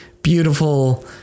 beautiful